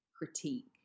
critique